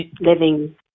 living